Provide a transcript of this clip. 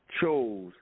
chose